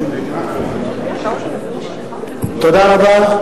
תודה רבה.